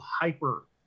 hyper